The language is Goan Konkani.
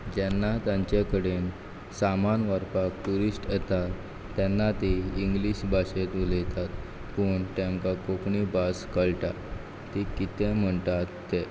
जेन्ना तांचे कडेन सामान व्हरपाक ट्युरिश्ट येतात तेन्ना तीं इंग्लीश भाशेंत उलयतात पूण तेंकां कोंकणी भास कळटा तीं कितें म्हणटात तें